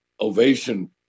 ovation